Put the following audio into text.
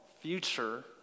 future